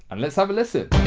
and let's have a listen.